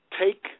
take